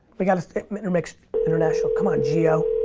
we got to intermix international. come on, gio.